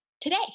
today